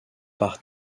par